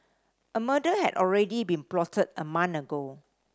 a murder had already been plotted a month ago